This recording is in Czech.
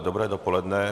Dobré dopoledne.